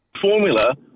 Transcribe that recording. Formula